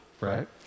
right